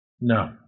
No